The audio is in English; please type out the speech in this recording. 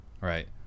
right